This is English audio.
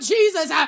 Jesus